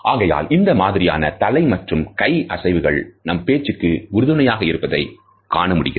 ஆகையால் இந்த மாதிரியான தலை மற்றும் கை அசைவுகள் நம் பேச்சுக்கு உறுதுணையாக இருப்பதை காணமுடிகிறது